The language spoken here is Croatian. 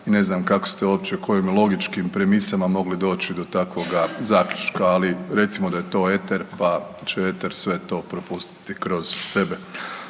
i ne znam kako ste uopće, kojim logičkim premisama mogli doći do takvoga zaključka, ali recimo da je to eter pa će eter sve to prepustiti kroz sebe.